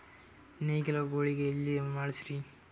ನೇಗಿಲ ಗೂಳಿ ಎಲ್ಲಿ ಮಾಡಸೀರಿ?